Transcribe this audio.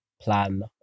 plan